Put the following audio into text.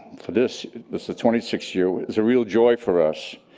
for this, it's the twenty sixth year, it's a real joy for us.